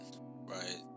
right